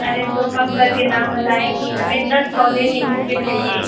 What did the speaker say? अरे तो कम करके दाम बताएँगी हमें दस पौधे नींबू के चाहिए